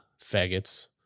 faggots